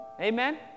Amen